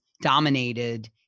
dominated